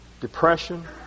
depression